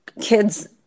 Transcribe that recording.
kids